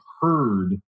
heard